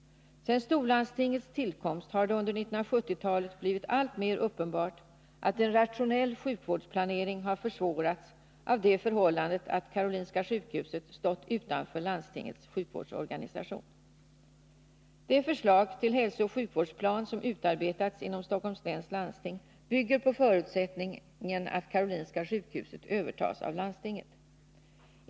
Sedan storlandstingets tillkomst har det under 1970-talet blivit alltmer uppenbart att en rationell sjukvårdsplanering har försvårats av det förhållandet att Karolinska sjukhuset stått utanför landstingets sjukvårdsorganisation. Det förslag till hälsooch sjukvårdsplan som utarbetats inom Stockholms läns landsting bygger på förutsättningen att Karolinska sjukhuset övertas av landstinget.